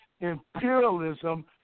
imperialism